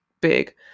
big